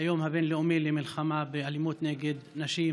היום הבין-לאומי למלחמה באלימות נגד נשים,